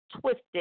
twisted